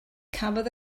cafodd